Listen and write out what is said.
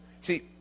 See